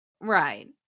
right